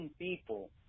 people